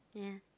yeah